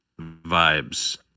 vibes